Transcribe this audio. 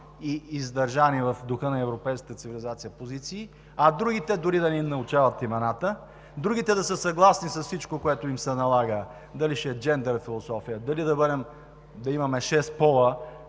и издържани в духа на европейската цивилизация позиции, а на другите дори да не им научава имената. Другите да са съгласни с всичко, което им се налага: дали ще е джендър философия, дали да имаме шест пола